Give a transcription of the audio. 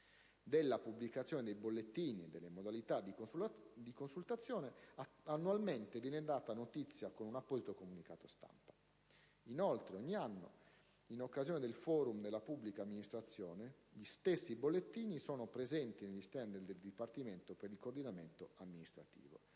Della pubblicazione dei bollettini e delle modalità di consultazione viene annualmente data notizia attraverso un apposito comunicato stampa. Inoltre, ogni anno, in occasione del Forum della pubblica amministrazione, gli stessi bollettini sono presenti negli *stand* del Dipartimento per il coordinamento amministrativo.